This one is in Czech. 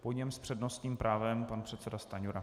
Po něm s přednostním právem pan předseda Stanjura.